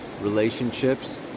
relationships